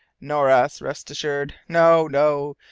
nor us, rest assured. no, no!